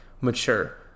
mature